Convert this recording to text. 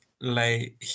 lay